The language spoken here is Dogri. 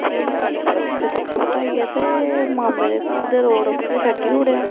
अपनी बाइक उप्पर ओक्खे सोक्खो बठाइये ते मामे दे घर रोड उप्पर छड्डी ओड़ेया